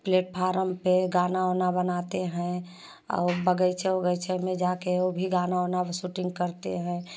platform पे गाना वाना बनाते हैं और बगीचे वगीचे में जाके ओ भी गाना वाना पे सूटिंग करते हैं